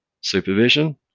supervision